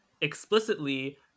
explicitly